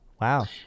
Wow